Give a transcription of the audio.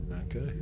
Okay